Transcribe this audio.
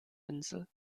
insel